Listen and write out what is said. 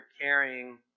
carrying